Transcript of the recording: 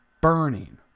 burning